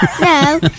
No